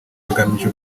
hagamijwe